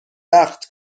وقت